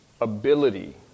ability